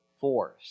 force